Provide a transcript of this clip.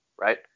Right